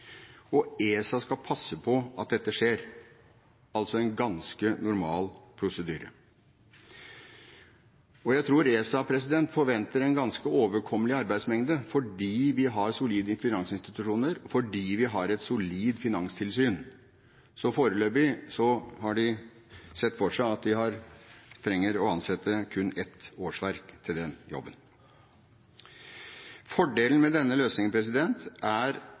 og ESA skal passe på at dette skjer – altså en ganske normal prosedyre. Jeg tror ESA forventer en ganske overkommelig arbeidsmengde, fordi vi har solide finansinstitusjoner, fordi vi har et solid finanstilsyn. Så foreløpig har de sett for seg at de trenger å ansette kun ett årsverk til den jobben. Fordelen med denne løsningen er